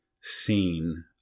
seen